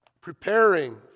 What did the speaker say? Preparing